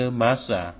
masa